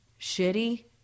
shitty